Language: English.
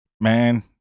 Man